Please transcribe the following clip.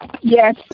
yes